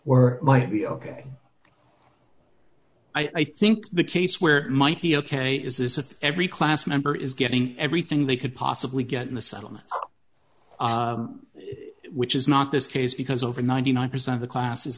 r might be ok i think the case where might be ok is this if every class member is getting everything they could possibly get in the settlement which is not this case because over ninety nine percent of the class is